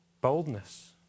boldness